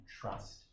trust